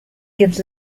gives